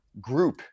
group